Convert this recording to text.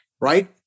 right